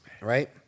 right